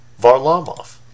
Varlamov